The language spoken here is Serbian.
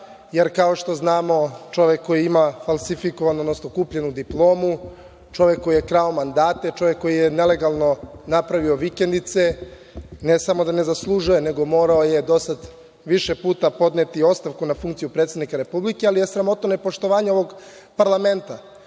jer kao što znamo, čovek koji ima falsifikovanu, odnosno kupljenu diplomu, čovek koji je krao mandate, čovek koji je nelegalno napravio vikendice, ne samo da ne zaslužuje, nego je morao do sada više puta, podneti ostavku na funkciju predsednika Republike, ali je sramota nepoštovanje ovog parlamenta.